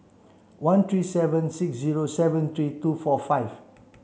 one three seven six zero seven three two four five